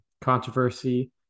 controversy